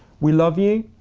we love you,